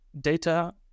data